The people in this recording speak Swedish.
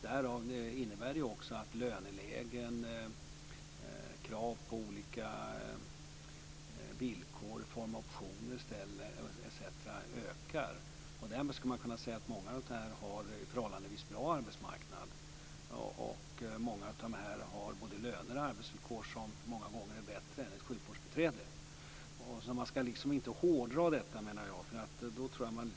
Det innebär också att lönelägen, krav på olika villkor i form av optioner osv., ökar. Därmed går det att säga att många av dem har en bra arbetsmarknad. Många av dem har både löner och arbetsvillkor som är många gånger bättre än ett sjukvårdsbiträdes. Man ska inte hårdra detta.